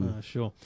sure